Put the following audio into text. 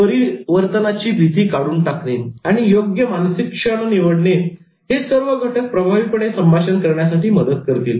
परिवर्तनाची भीती काढून टाकणे आणि योग्य मानसिक क्षण निवडणे हे सर्व घटक प्रभावीपणे संभाषण करण्यासाठी मदत करतील